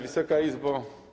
Wysoka Izbo!